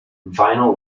vinyl